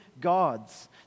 gods